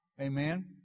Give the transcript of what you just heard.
Amen